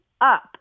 up